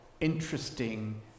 interesting